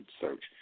search